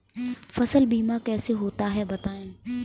फसल बीमा कैसे होता है बताएँ?